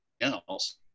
else